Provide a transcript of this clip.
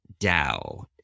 DAO